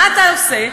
מה אתה עושה?